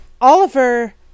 Oliver